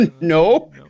no